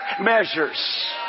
measures